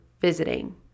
visiting